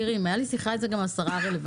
היתה לי שיחה על זה גם עם השרה הרלוונטית.